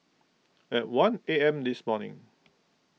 at one A M this morning